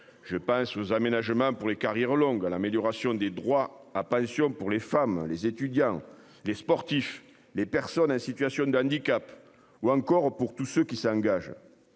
Je pense aux aménagements pour les carrières longues à l'amélioration des droits à pension pour les femmes, les étudiants, les sportifs, les personnes à situation d'handicap ou encore pour tous ceux qui s'engagent.